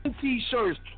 t-shirts